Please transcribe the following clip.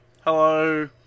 Hello